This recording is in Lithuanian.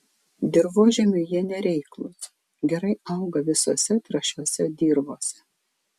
dirvožemiui jie nereiklūs gerai auga visose trąšiose dirvose